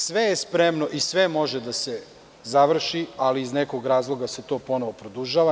Sve je spremno i sve može da se završi, ali iz nekog razloga se to produžava.